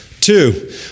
Two